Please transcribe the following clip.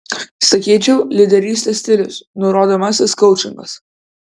sakyčiau lyderystės stilius nurodomasis koučingas